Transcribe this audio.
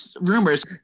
rumors